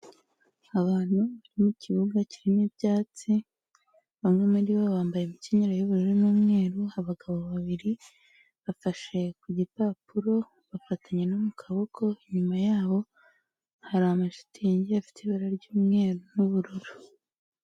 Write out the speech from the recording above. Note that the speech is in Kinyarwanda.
Abantu bari mukibuga kirimo ibyatsi, bamwe muri bo bambaye imkenyero y'ubururu n'umweru, abagabo babiri bafashe ku gipapuro bafatanya no mu kaboko, inyuma yabo hari amashitingi afite ibara ry'umweru n'ubururu.